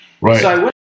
Right